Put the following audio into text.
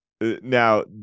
Now